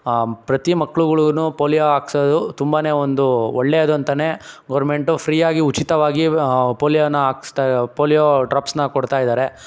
ಪ್ರತಿ ಮಕ್ಳುಗುಳ್ಗು ಪೋಲಿಯೋ ಹಾಕ್ಸೋದು ತುಂಬಾ ಒಂದು ಒಳ್ಳೆಯದು ಅಂತಲೇ ಗೌರ್ಮೆಂಟು ಫ್ರೀಯಾಗಿ ಉಚಿತವಾಗಿ ಪೋಲಿಯೋನ ಹಾಕ್ಸ್ತಾ ಪೋಲಿಯೋ ಡ್ರಾಪ್ಸ್ನ ಕೊಡ್ತಾ ಇದ್ದಾರೆ